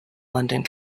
london